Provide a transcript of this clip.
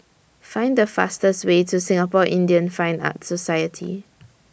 Find The fastest Way to Singapore Indian Fine Arts Society